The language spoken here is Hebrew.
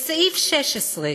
סעיף 16,